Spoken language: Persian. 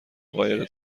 قایق